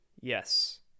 yes